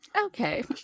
Okay